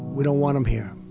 we don't want them here.